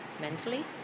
mentally